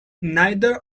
neither